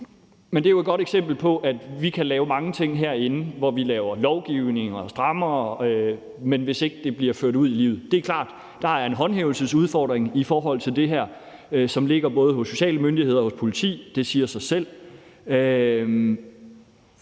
Men det er jo et godt eksempel på, at vi kan lave mange ting herinde, at vi laver lovgivning og strammer, men at det måske ikke bliver ført ud i livet. Der er en håndhævelsesudfordring i forhold til det her, og den ligger både hos sociale myndigheder og hos politi; det siger sig selv.